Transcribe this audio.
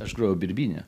aš grojau birbyne